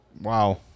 Wow